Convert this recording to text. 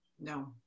No